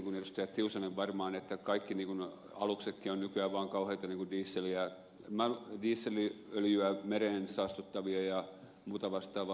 tiusanen varmaan että kaikki aluksetkin ovat nykyään vaan kauheita dieselöljyä mereen saastuttavia ja muuta vastaavaa